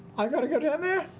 i've got to go down there?